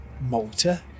malta